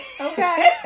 Okay